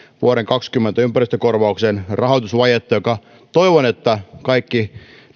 vuoden kaksikymmentä ympäristökorvauksen rahoitusvajetta josta toivon että myöskin kaikki